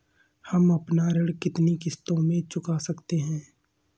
हम अपना ऋण कितनी किश्तों में चुका सकते हैं?